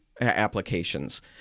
applications